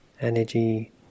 energy